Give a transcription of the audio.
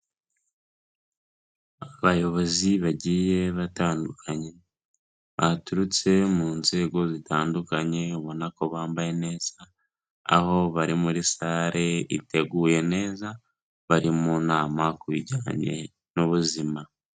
Abayobozi bagiye batandukanye baturutse mu nzego zitandukanye ubona ko bambaye neza, aho bari muri sale iteguye neza, bari mu nama ku bijyanye n'ubuzima.